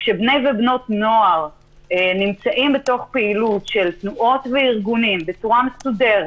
כשבני ובנות נוער נמצאים בתוך פעילות של תנועות וארגונים בצורה מסודרת,